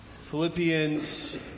Philippians